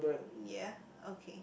ya okay